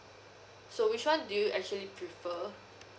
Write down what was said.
so which [one] do you actually prefer